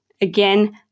Again